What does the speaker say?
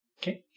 Okay